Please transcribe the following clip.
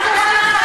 מה קורה לכם?